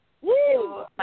Woo